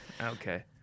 Okay